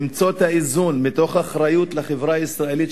למצוא את האיזון מתוך אחריות לחברה הישראלית,